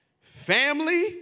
family